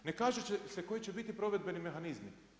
Ne kaže se koji će biti provedbeni mehanizmi.